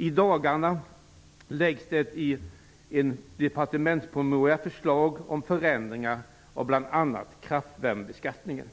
I dagarna föreslås i en departementspromemoria förändringar av bl.a. kraftvärmebeskattningen.